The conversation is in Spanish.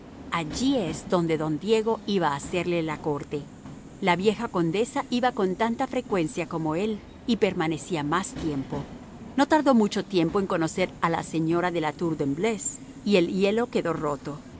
allí es a donde don diego iba a hacerle la corte la vieja condesa iba con tanta frecuencia como él y permanecía más tiempo no tardó mucho en conocer a la señora de la tour de embleuse y el hielo quedó roto